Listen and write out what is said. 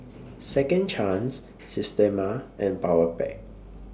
Second Chance Systema and Powerpac